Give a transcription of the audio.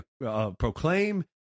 proclaim